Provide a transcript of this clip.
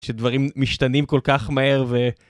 שדברים משתנים כל כך מהר ו...